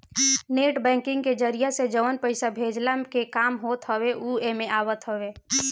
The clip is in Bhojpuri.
नेट बैंकिंग के जरिया से जवन पईसा भेजला के काम होत हवे उ एमे आवत हवे